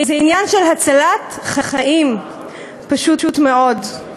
זה עניין של הצלת חיים, פשוט מאוד.